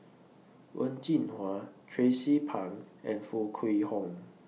Wen Jinhua Tracie Pang and Foo Kwee Horng